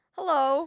hello